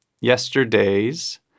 yesterday's